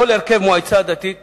כל הרכב מועצה דתית